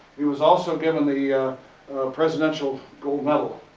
he was also given the presidential gold medal